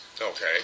Okay